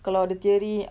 kalau ada theory